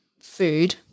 food